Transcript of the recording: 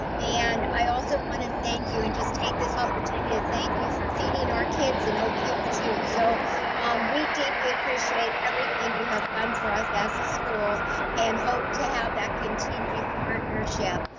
and i also wanna thank you and just take this opportunity to thank you for feeding our kids in hill too. so we deeply appreciate everything you have done for us as a school and hope to have that continued partnership.